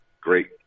great